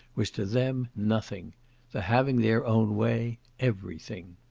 was to them nothing the having their own way every thing.